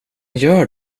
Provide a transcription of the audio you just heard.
gör